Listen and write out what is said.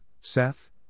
Seth